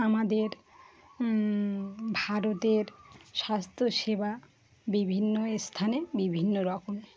আমাদের ভারতের স্বাস্থ্যসেবা বিভিন্ন স্থানে বিভিন্ন রকম